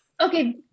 Okay